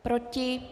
Proti?